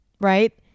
right